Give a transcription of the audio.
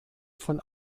von